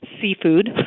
seafood